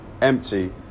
empty